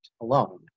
alone